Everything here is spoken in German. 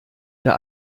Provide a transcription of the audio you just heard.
der